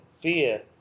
fear